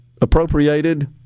Appropriated